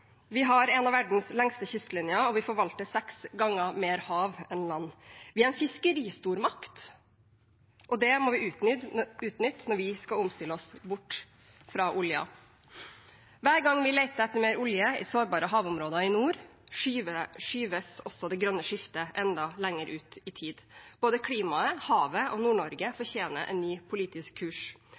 Vi har en av verdens lengste kystlinjer, og vi forvalter seks ganger mer hav enn land. Vi er en fiskeristormakt, og det må vi utnytte når vi skal omstille oss bort fra oljen. Hver gang vi leter etter mer olje i sårbare havområder i nord, skyves også det grønne skiftet enda lenger ut i tid. Både klimaet, havet og Nord-Norge fortjener en ny politisk kurs.